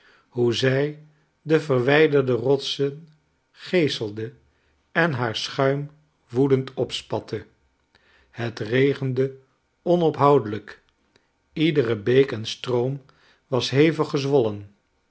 hoe zij de verwijderde rotsen geeselde en haar schuim woedend opspatte het regende onophoudelijk iedere beek en stroom was hevig gezwollen